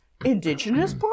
indigenous